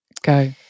Go